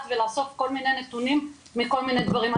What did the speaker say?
ולאסוף כל מיני נתונים מכל מיני דברים.